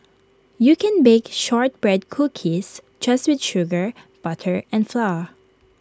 you can bake Shortbread Cookies just with sugar butter and flour